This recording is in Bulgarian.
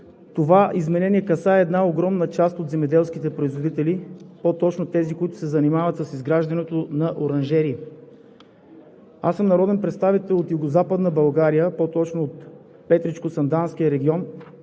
това изменение касае една огромна част от земеделските производители, по-точно тези, които се занимават с изграждането на оранжерии. Аз съм народен представител от Югозападна България, по точно от Петричко-Санданския регион,